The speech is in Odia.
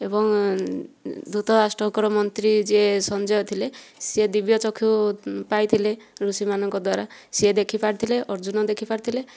ଏବଂ ଧୃତରାଷ୍ଟ୍ରଙ୍କର ମନ୍ତ୍ରୀ ଯିଏ ସଞ୍ଜୟ ଥିଲେ ସେ ଦିବ୍ୟଚକ୍ଷୁ ପାଇଥିଲେ ଋଷିମାନଙ୍କ ଦ୍ୱାରା ସେ ଦେଖିପାରିଥିଲେ ଅର୍ଜୁନ ଦେଖିପାରିଥିଲେ